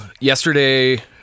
Yesterday